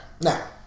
Now